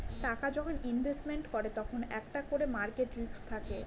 টাকা যখন ইনভেস্টমেন্ট করে তখন একটা করে মার্কেট রিস্ক থাকে